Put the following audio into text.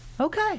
Okay